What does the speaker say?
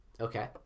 Okay